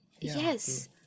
yes